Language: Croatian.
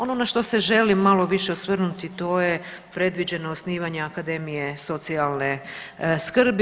Ono na što se želim malo više osvrnuti to je predviđeno osnivanje Akademije socijalne skrbi.